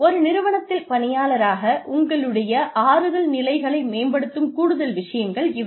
ஒரு நிறுவனத்தின் பணியாளராக உங்களுடைய ஆறுதல் நிலைகளை மேம்படுத்தும் கூடுதல் விஷயங்கள் இவை